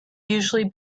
usually